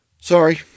Sorry